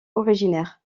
originaire